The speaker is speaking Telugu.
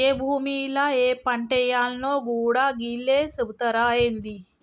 ఏ భూమిల ఏ పంటేయాల్నో గూడా గీళ్లే సెబుతరా ఏంది?